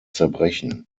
zerbrechen